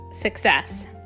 success